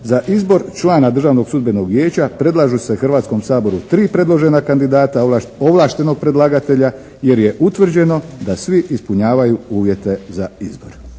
Za izbor člana Državnog sudbenog vijeća predlažu se Hrvatskom saboru tri predložena kandidata ovlaštenog predlagatelja, jer je utvrđeno da svi ispunjavaju uvjete za izbor.